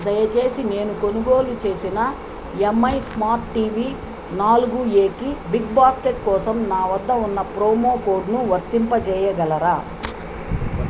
దయచేసి నేను కొనుగోలు చేసిన ఎంఐ స్మార్ట్ టీవీ నాలుగు ఏకి బిగ్బాస్కెట్ కోసం నా వద్ద ఉన్న ప్రోమో కోడ్ను వర్తింపచేయగలరా